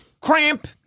Cramp